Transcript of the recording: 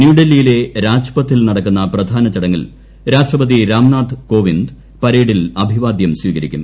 ന്യൂഡൽഹി യിലെ രാജ്പഥിൽ നടക്കുന്ന പ്രധാന ചടങ്ങിൽ രാഷ്ട്രപതി രാംനാഥ് കോവിന്ദ് പരേഡിൽ അഭിവാദ്യം സ്വീകരിക്കും